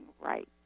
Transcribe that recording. right